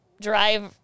drive